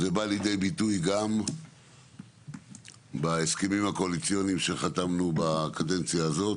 זה בא לידי ביטוי גם בהסכמים הקואליציוניים שחתמנו בקדנציה הזאת.